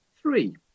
Three